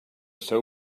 seu